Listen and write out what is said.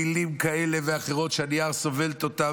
מילים כאלה ואחרות שהנייר סובל אותן